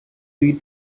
eat